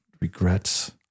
regrets